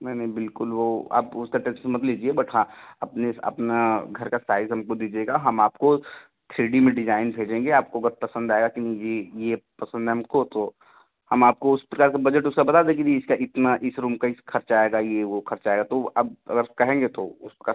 नहीं नहीं बिल्कुल वो आप उसका टेन्सन मत लीजिए बट हाँ अपने अपना घर का साइज़ हमको दीजिएगा हम आपको थ्री डी में डिजाइन भेजेंगे आपको अगर पसंद आएगा कि नहीं ये ये पसंद है हमको तो हम आपको उस प्रकार का बजट उसका बता दें कि भी इसका इतना इस रूम का इस खर्चा आएगा ये वो खर्चा आएगा तो आप अगर कहेंगे तो उसका